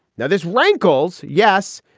now, this rankles. yes.